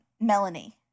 Melanie